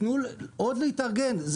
תנו להתארגן.